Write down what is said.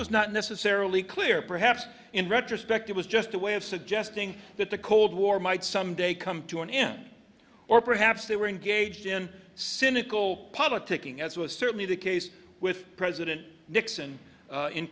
was not necessarily clear perhaps in retrospect it was just a way of suggesting that the cold war might someday come to an end or perhaps they were engaged in cynical politicking as was certainly the case with president nixon